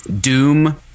Doom